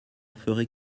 ferait